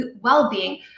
well-being